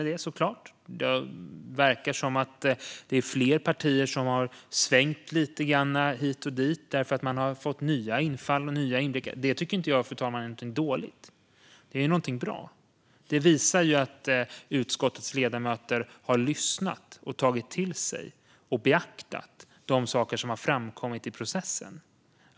Det verkar som att det är flera partier som har svängt hit och dit därför att de har fått nya infall. Det är inte dåligt utan bra, fru talman. Det visar att utskottets ledamöter har lyssnat, tagit till sig och beaktat de saker som har framkommit i processen.